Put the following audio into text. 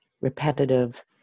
repetitive